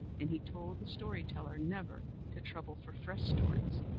and he told the story-teller never to trouble for fresh stories,